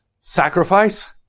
sacrifice